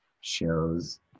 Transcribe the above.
shows